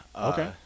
Okay